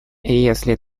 если